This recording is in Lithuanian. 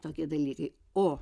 tokie dalykai o